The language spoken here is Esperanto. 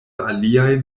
aliaj